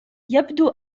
يبدو